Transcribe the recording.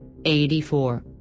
84